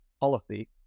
policy